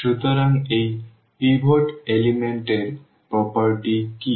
সুতরাং এই পিভট উপাদান এর বৈশিষ্ট্য কী